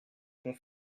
qu’on